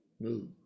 move